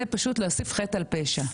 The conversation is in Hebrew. זה פשוט להוסיף חטא על פשע.